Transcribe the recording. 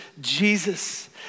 Jesus